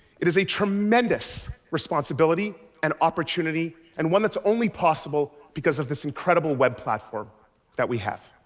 it is a tremendous responsibility and opportunity, and one that's only possible because of this incredible web platform that we have.